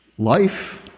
Life